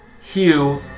Hugh